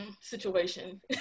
situation